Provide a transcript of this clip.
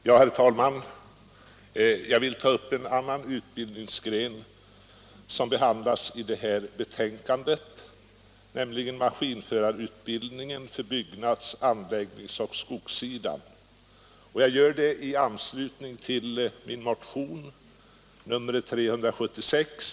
Herr talman! Jag vill ta upp en annan utbildningsgren som behandlas i föreliggande betänkande, nämligen maskinförarutbildningen för byggnads-, anläggnings och skogssidan, och jag gör det i anslutning till min motion, nr 376.